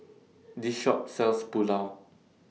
This Shop sells Pulao